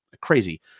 crazy